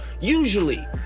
usually